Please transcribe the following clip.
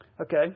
okay